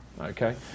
Okay